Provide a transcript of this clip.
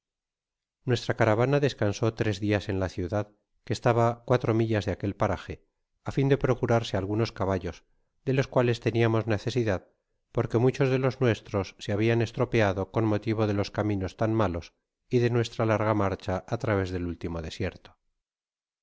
nuestra caravana descansó tres dias en la ciudad que estaba cuatro millas de aquel paraje á fin de procurarse algunos caballos de los cuales teniamos necesidad porque muchos de los nuestros se habian estropeado con motivo de los caminos tan malos y de nuestra larga marcha á través del último desierto